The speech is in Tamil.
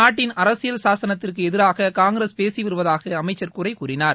நாட்டின் அரசியல் சாசனத்திற்கு எதிராக காங்கிரஸ் பேசி வருவதாக அமைச்சர் குறை கூறினார்